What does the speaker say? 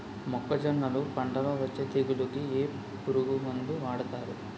మొక్కజొన్నలు పంట లొ వచ్చే తెగులకి ఏ పురుగు మందు వాడతారు?